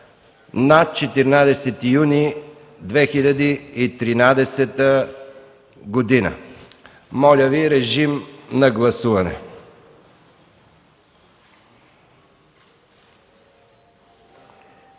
на 14 юни 2013 г.” Моля режим на гласуване.